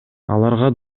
аларга